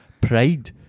pride